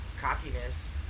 cockiness